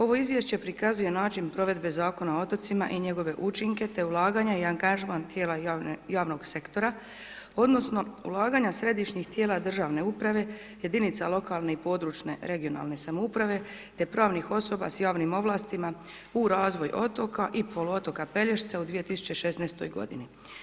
Ovo izvješće prikazuje način provedbe Zakona o otocima i njegove učinke te ulaganja i angažman tijela javnog sektora odnosno ulaganja središnjih tijela državne uprave jedinica lokalne i područne (regionalne) samouprave te pravnih osoba s javnim ovlastima u razvoj otoka i poluotoka Pelješca u 2016. godini.